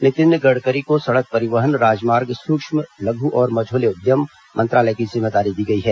नितिन गडकरी को सड़क परिवहन राजमार्ग सूक्ष्म लघ् और मझौले उद्यम मंत्रालय की जिम्मेदारी दी गई है